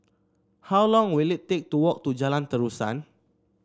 how long will it take to walk to Jalan Terusan